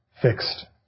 fixed